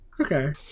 Okay